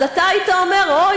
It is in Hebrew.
אז אתה היית אומר: אוי,